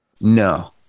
no